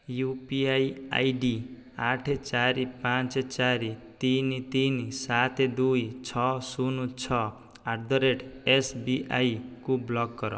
you P I I D ଆଠ ଚାରି ପାଞ୍ଚ ଚାରି ତିନି ତିନି ସାତ ଦୁଇ ଛଅ ଶୂନ ଛଅ ଆଟ୍ ଦ ରେଟ୍ ଏସ୍ବିଆଇକୁ ବ୍ଲକ୍ କର